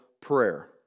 prayer